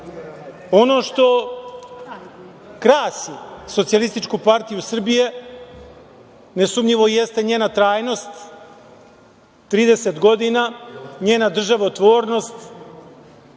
što krasi Socijalističku partiju Srbije, nesumnjivo jeste njena trajnost, trideset godina, njena državotvornost,